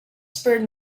spurred